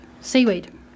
seaweed